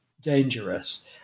dangerous